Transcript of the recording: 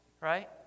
right